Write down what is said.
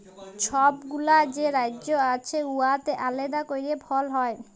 ছব গুলা যে রাজ্য আছে উয়াতে আলেদা ক্যইরে ফল হ্যয়